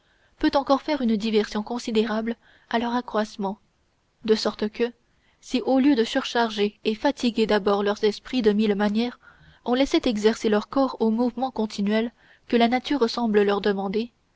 peut encore faire une diversion considérable à leur accroissement de sorte que si au lieu de surcharger et fatiguer d'abord leurs esprits de mille manières on laissait exercer leurs corps aux mouvements continuels que la nature semble leur demander